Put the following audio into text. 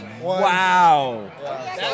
Wow